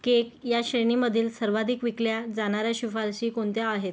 cake या श्रेणीमधील सर्वाधिक विकल्या जाणाऱ्या शिफारशी कोणत्या आहेत